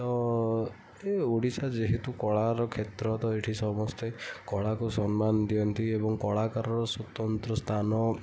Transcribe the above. ତ ଏ ଓଡ଼ିଶା ଯେହେତୁ କଳାର କ୍ଷେତ୍ର ତ ଏଇଠି ସମସ୍ତେ କଳାକୁ ସମ୍ମାନ ଦିଅନ୍ତି ଏବଂ କଳାକାରର ସ୍ୱତନ୍ତ୍ର ସ୍ଥାନ